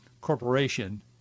Corporation